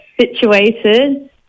situated